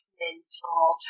mental